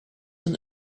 and